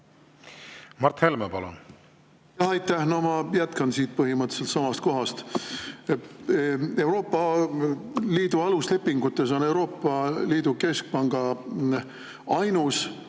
Mart Helme, palun! Aitäh! No ma jätkan põhimõtteliselt samast kohast. Euroopa Liidu aluslepingutes on Euroopa Liidu keskpanga ainus